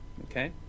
Okay